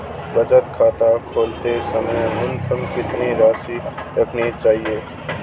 बचत खाता खोलते समय न्यूनतम कितनी राशि रखनी चाहिए?